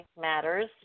matters